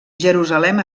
jerusalem